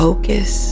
Focus